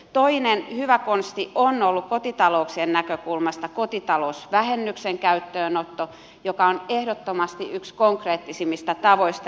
toinen hyvä konsti on ollut kotitalouksien näkökulmasta kotitalousvähennyksen käyttöönotto joka on ehdottomasti yksi konkreettisimmista tavoista